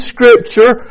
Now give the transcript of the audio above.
Scripture